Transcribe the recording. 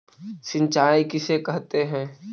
सिंचाई किसे कहते हैं?